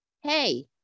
hey